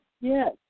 Yes